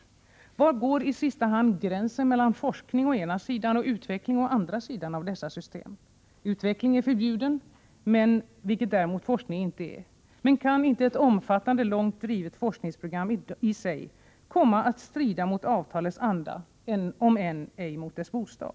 O Var går i sista hand gränsen mellan forskning å ena sidan och utveckling å andra sidan av dessa system? Utveckling är förbjuden enligt ABM-avtalet, vilket däremot inte forskning är. Men kan inte ett omfattande långt drivet forskningsprogram i sig komma att strida mot avtalets anda om än ej mot dess bokstav?